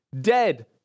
Dead